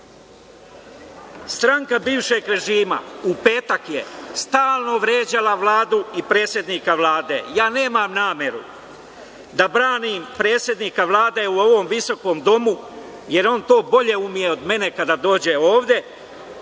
stranka bivšeg režima u petak je stalno vređala Vladu i predsednika Vlade. Nemam nameru da branim predsednika Vlade u ovom visokom domu jer on to bolje ume od mene kada dođe ovde,